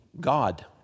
God